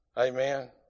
Amen